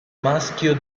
maschio